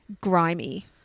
grimy